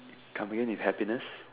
coming in with happiness